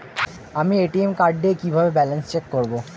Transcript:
আমি ATM card দিয়ে কিভাবে ব্যালেন্স চেক করব?